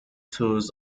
tours